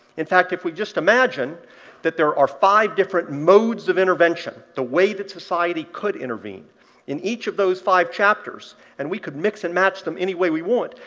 in fact, if we just imagine that there are five different modes of intervention, the way that society could intervene in each of those five chapters, and we could mix and match them any way we want,